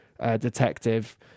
detective